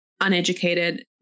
uneducated